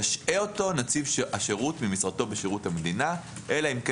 ישעה אותו נציב השירות ממשרתו בשירות המדינה אלא אם כן